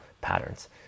patterns